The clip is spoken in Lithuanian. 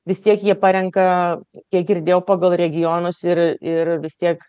vis tiek jie parenka kiek girdėjau pagal regionus ir ir vis tiek